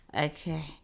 Okay